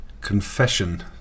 Confession